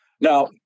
Now